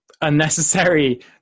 unnecessary